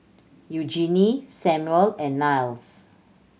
Eugenie Samual and Niles